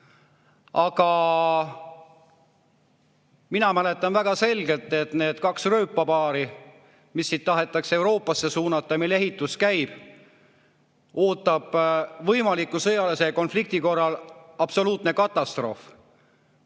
Aga mina mäletan väga selgelt, et neid kahte rööpapaari, mis siit tahetakse Euroopasse suunata ja mille ehitus käib, ootab võimaliku sõjalise konflikti korral absoluutne katastroof.